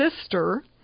sister